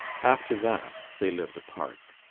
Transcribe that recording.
after that they lived apart.